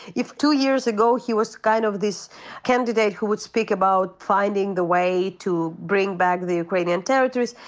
if two years ago he was kind of this candidate who would speak about finding the way to bring back the ukrainian territories,